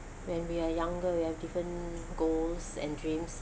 when we are younger we have different goals and dreams